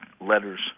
letters